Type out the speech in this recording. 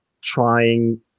trying